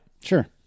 Sure